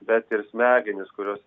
bet ir smegenys kurios